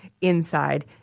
inside